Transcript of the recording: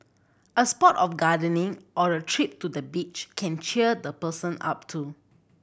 a spot of gardening or a trip to the beach can cheer the person up too